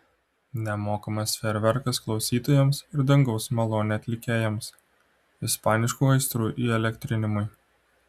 nemokamas fejerverkas klausytojams ir dangaus malonė atlikėjams ispaniškų aistrų įelektrinimui